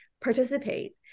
participate